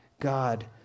God